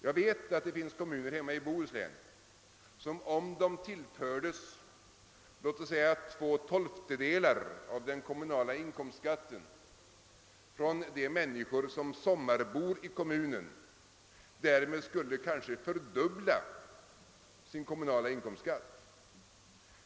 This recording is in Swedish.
Jag vet att det finns kommuner i Bohuslän som om de tillfördes låt oss säga två tolftedelar av den kommunala inkomstskatten från de människor som sommarbor i kommunen skulle fördubbla sin kommunala inkomstskatt.